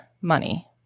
money